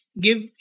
give